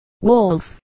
Wolf